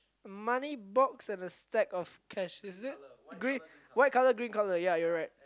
money box and a stack of cash is it green white colour green colour ya you're right